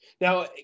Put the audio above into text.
Now